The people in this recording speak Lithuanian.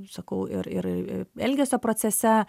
sakau ir ir elgesio procese